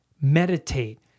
meditate